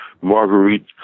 Marguerite